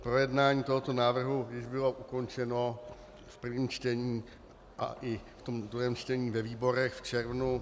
Projednání tohoto návrhu již bylo ukončeno v prvním čtení a i ve druhém čtení ve výborech v červnu.